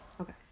Okay